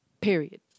period